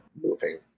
moving